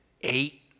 eight